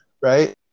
right